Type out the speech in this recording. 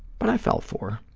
but i fell for